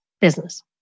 business